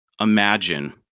imagine